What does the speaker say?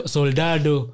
Soldado